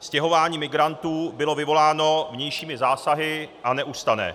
Stěhování migrantů bylo vyvoláno vnějšími zásahy a neustane.